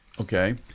Okay